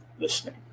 listening